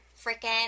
Freaking